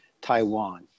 Taiwan